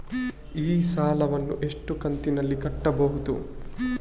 ಈ ಸಾಲವನ್ನು ಎಷ್ಟು ಕಂತಿನಲ್ಲಿ ಕಟ್ಟಬಹುದು?